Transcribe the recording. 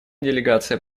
делегация